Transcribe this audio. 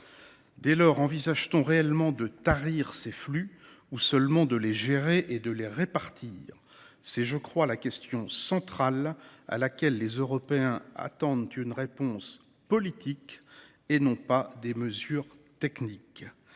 Dès lors, envisage-t-on réellement de tarir ces flux ou seulement de les gérer et de les répartir ? C’est, à mon sens, la question centrale, face à laquelle les Européens attendent une réponse politique et non des mesures techniques.